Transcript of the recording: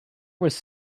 was